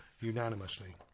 unanimously